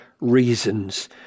reasons